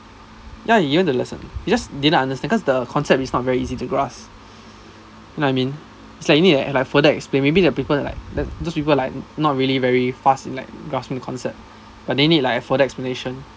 ya even the lesson he just didn't understand cause the concept is not very easy to grasp you know what I mean it's like you need to like further explain maybe the people like the those people like not really very fast like grasping the concept but they need like a further explanation